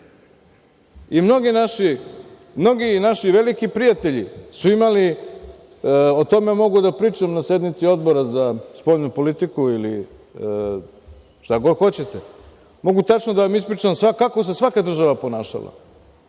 Kosova. Mnogi naši veliki prijatelji su imali, o tome mogu da pričam na sednici Odbora za spoljnu politiku ili šta god hoćete, mogu tačno da vam ispričam kako se svaka država ponašala.